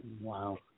Wow